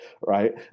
Right